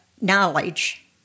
knowledge